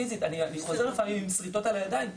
אני חוזר לפעמים עם שריטות על הידיים,